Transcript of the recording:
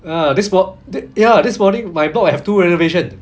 uh that's what they ya this morning my block have two renovation